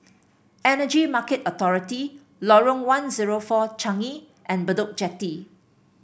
Energy Market Authority Lorong One Zero Four Changi and Bedok Jetty